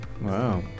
Wow